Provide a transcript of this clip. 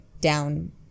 down